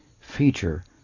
feature